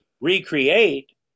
recreate